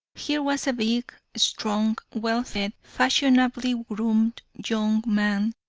here was a big, strong, well-fed fashionably groomed young man,